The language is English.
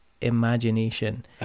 imagination